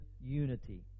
unity